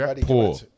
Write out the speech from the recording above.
Poor